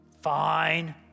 fine